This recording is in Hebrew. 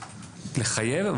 לחייב,